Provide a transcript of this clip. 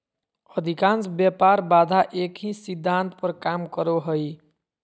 अधिकांश व्यापार बाधा एक ही सिद्धांत पर काम करो हइ